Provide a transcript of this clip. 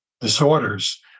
disorders